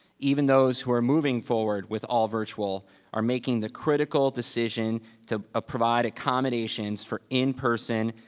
even those who are moving forward with all virtual are making the critical decision to provide accommodations for in-person,